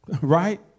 Right